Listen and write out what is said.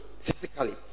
physically